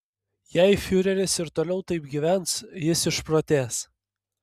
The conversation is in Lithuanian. jei fiureris ir toliau taip gyvens jis išprotės